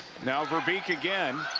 now veerbeek again.